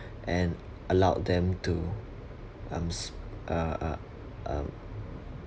and allowed them to um uh uh um